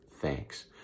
thanks